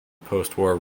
postwar